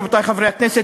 רבותי חברי הכנסת,